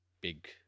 big